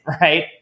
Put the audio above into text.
right